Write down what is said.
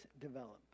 develop